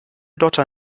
dotter